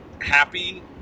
happy